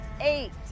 Eight